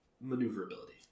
maneuverability